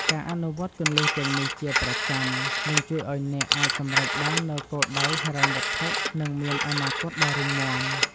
ការអនុវត្តន៍គន្លឹះទាំងនេះជាប្រចាំ នឹងជួយឱ្យអ្នកអាចសម្រេចបាននូវគោលដៅហិរញ្ញវត្ថុ និងមានអនាគតដ៏រឹងមាំ។